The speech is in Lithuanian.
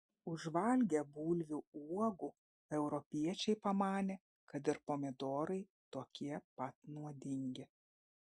užvalgę bulvių uogų europiečiai pamanė kad ir pomidorai tokie pat nuodingi